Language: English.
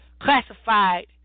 Classified